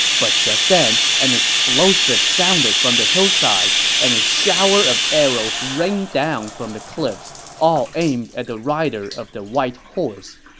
but just then, an explosive sounded from the hillside, and a shower of arrows rained down from the cliffs, all aimed at the rider of the white horse.